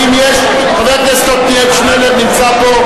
חבר הכנסת עתניאל שנלר נמצא פה?